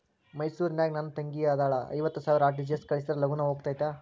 ಮೈಸೂರ್ ನಾಗ ನನ್ ತಂಗಿ ಅದಾಳ ಐವತ್ ಸಾವಿರ ಆರ್.ಟಿ.ಜಿ.ಎಸ್ ಕಳ್ಸಿದ್ರಾ ಲಗೂನ ಹೋಗತೈತ?